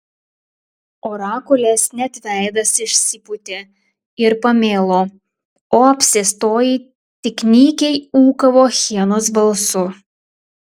orakulės net veidas išsipūtė ir pamėlo o apsėstoji tik nykiai ūkavo hienos balsu